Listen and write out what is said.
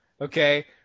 Okay